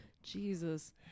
jesus